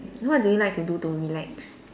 what do you like to do to relax